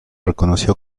reconoció